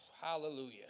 hallelujah